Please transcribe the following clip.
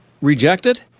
rejected